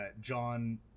John